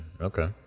Okay